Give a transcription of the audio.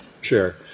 sure